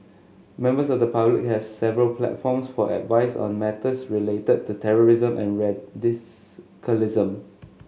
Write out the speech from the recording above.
members of the public have several platforms for advice on matters related to terrorism and radicalism